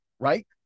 right